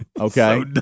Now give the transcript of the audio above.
Okay